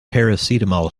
paracetamol